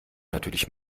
natürlich